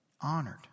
Honored